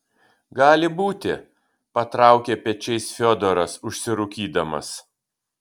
gali būti patraukė pečiais fiodoras užsirūkydamas